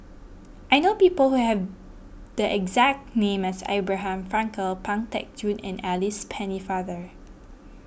I know people who have the exact name as Abraham Frankel Pang Teck Joon and Alice Pennefather